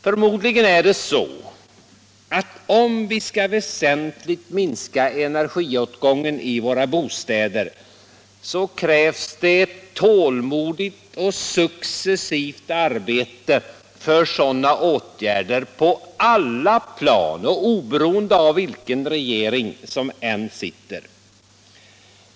Skall vi i någon högre grad minska energiåtgången i våra bostäder, krävs det förmodligen ett tålmodigt och kontinuerligt arbete för sådana åtgärder på alla plan och oberoende av vilken regering vi har.